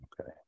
Okay